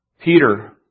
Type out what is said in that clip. Peter